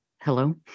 Hello